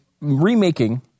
remaking